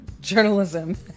journalism